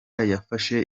yafashe